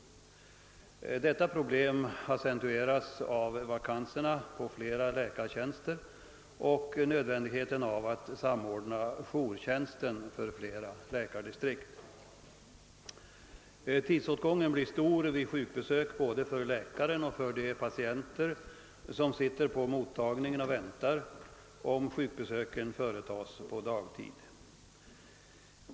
Detta problem accentueras ytterligare av vakanserna på flera läkartjänster och nödvändigheten att samordna jourtjänsten för flera läkardistrikt. Tidsåtgången blir stor vid sjukbesök både för läkaren och för de patienter som sitter och väntar på mottagningen, om sjukbesöken företages på dagtid.